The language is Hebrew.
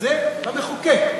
זה המחוקק,